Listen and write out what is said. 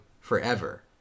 Forever